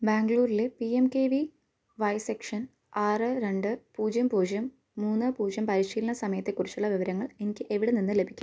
ബാംഗ്ലൂർലെ P M K V Y session ആറ് രണ്ട് പൂജ്യം പൂജ്യം മൂന്ന് പൂജ്യം പരിശീലന സമയത്തെക്കുറിച്ചുള്ള വിവരങ്ങൾ എനിക്ക് എവിടെ നിന്ന് ലഭിക്കും